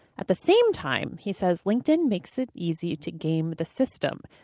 at the same time, he says, linkedin makes it easy to game the system.